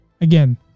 Again